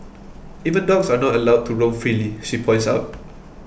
even dogs are not allowed to roam freely she points out